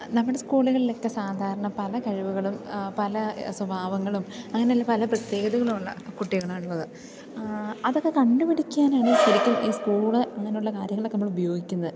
നമ്മുടെ സ്കൂളുകളിലൊക്കെ സാധാരണ പല കഴിവുകളും പല സ്വഭാവങ്ങളും അങ്ങനെയല്ല പല പ്രത്യേകതകളുമുള്ള കുട്ടികളാണുള്ളത് അതൊക്കെ കണ്ടു പിടിക്കാനാണ് ശരിക്കും ഈ സ്കൂൾ അങ്ങനെയുള്ള കാര്യങ്ങളൊക്കെ നമ്മൾ ഉപയോഗിക്കുന്നത്